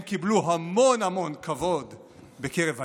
הם קיבלו המון המון כבוד בקרב האליטה,